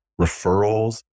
referrals